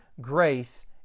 grace